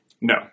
No